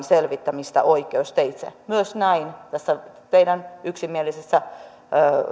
selvittämistä oikeusteitse myös näin tässä teidän yksimielisessä